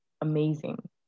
amazing